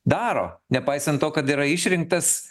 daro nepaisant to kad yra išrinktas